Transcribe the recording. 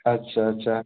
अच्छा अच्छा